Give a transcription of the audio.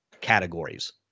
categories